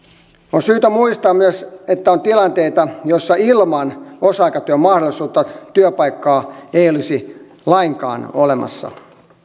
on syytä muistaa myös että on tilanteita joissa ilman osa aikatyön mahdollisuutta työpaikkaa ei olisi lainkaan olemassa